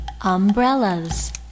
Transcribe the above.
Umbrellas